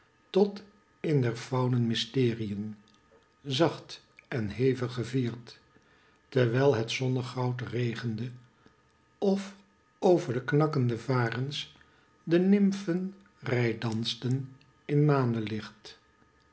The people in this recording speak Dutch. tot in der faunen mysterien zacht en hevig gevierd terwijl het zonnegoud regende of over de knakkende varens de nymfen reidansten in